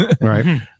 Right